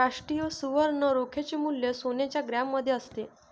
राष्ट्रीय सुवर्ण रोख्याचे मूल्य सोन्याच्या ग्रॅममध्ये असते